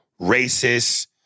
racist